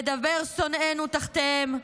יַדְבֵּר שונאינו תחתיהם,